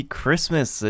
christmas